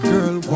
Girl